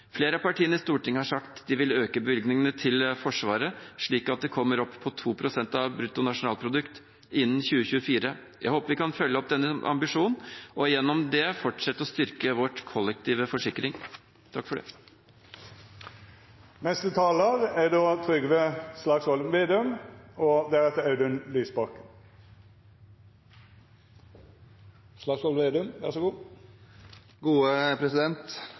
Flere av partiene i Stortinget har sagt at de vil øke bevilgningene til Forsvaret slik at det kommer opp på 2 pst. av brutto nasjonalprodukt innen 2024. Jeg håper vi kan følge opp den ambisjonen og gjennom det fortsette å styrke vår kollektive forsikring.